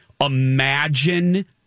imagine